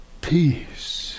peace